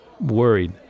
worried